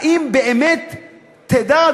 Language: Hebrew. האם באמת תדע,